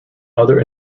other